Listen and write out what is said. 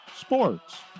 sports